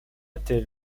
était